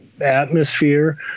atmosphere